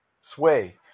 Sway